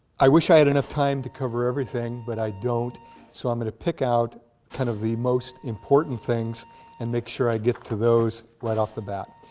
i wish i had enough time to cover everything but i don't so i'm gonna pick out kind of the most important things and make sure i get to those right off the bat.